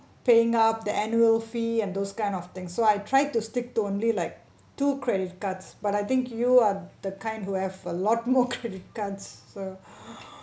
paying up the annual fee and those kind of thing so I tried to stick to only like two credit cards but I think you are the kind who have a lot more credit cards so